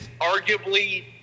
arguably